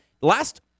last